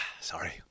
Sorry